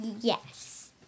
Yes